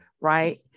right